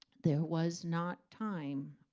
there was not time,